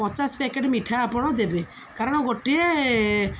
ପଚାଶ ପ୍ୟାକେଟ ମିଠା ଆପଣ ଦେବେ କାରଣ ଗୋଟିଏ